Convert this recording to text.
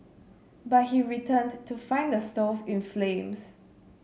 but he returned to find the stove in flames